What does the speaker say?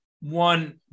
One